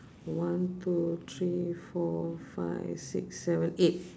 one two three four five six seven eight